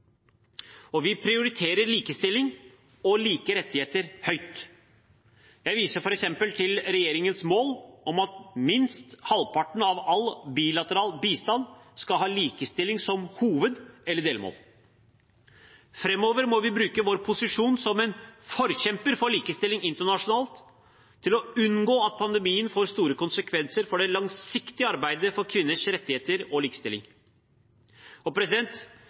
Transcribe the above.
Vi prioriterer likestilling og like rettigheter høyt. Jeg viser f.eks. til regjeringens mål om at minst halvparten av all bilateral bistand skal ha likestilling som hoved- eller delmål. Framover må vi bruke vår posisjon som en forkjemper for likestilling internasjonalt til å unngå at pandemien får store konsekvenser for det langsiktige arbeidet for kvinners rettigheter og likestilling.